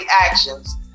actions